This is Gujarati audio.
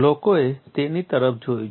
લોકોએ તેની તરફ જોયું છે